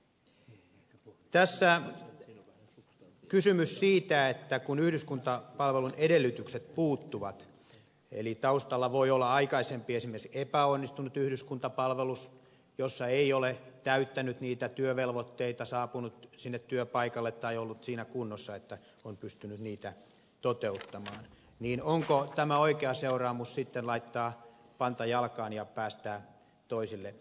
kun tässä on kysymys siitä että kun yhdyskuntapalvelun edellytykset puuttuvat eli taustalla voi olla esimerkiksi aikaisempi epäonnistunut yhdyskuntapalvelus jossa ei ole täyttänyt niitä työvelvoitteita saapunut sinne työpaikalle tai ollut siinä kunnossa että on pystynyt niitä toteuttamaan niin onko tämä oikea seuraamus sitten laittaa panta jalkaan ja päästää toisille tantereille